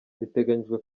biteganyijwe